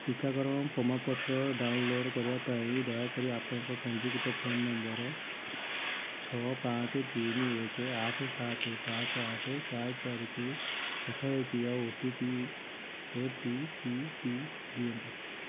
ଟିକାକରଣ ପ୍ରମାଣପତ୍ର ଡାଉନଲୋ କରିବା ପାଇଁ ଦୟାକରି ଆପଣଙ୍କର ପଞ୍ଜୀକୃତ ଫୋନ୍ ନମ୍ବର ଛଅ ପାଞ୍ଚ ତିନି ଏକ ଆଠ ସାତ ପାଞ୍ଚ ଆଠ ଚାରି ଚାରିକୁ ପଠାଯାଇଥିବା ଓ ଟି ପି ଓଟିପିଟି ଦିଅନ୍ତୁ